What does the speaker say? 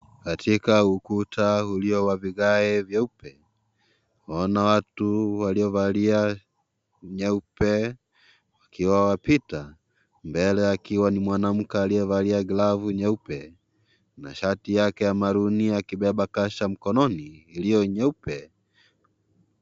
Katika ukuta ulio wa vigae vyeupe, tunaona watu waliovalia nyeupe wakiwa wapita, mbele akiwa ni mwanamke aliyevalia glavu nyeupe, na shati yake ya maroon akibeba kasha mkononi iliyo nyeupe.